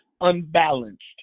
unbalanced